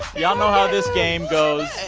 y'all know how this game goes.